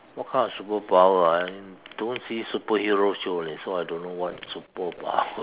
what kind of superpower I don't see superhero show leh so I don't know what superpower